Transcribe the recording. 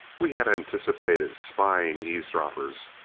we had anticipated spying eavesdroppers,